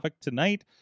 tonight